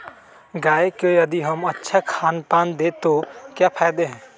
गाय को यदि हम अच्छा खानपान दें तो क्या फायदे हैं?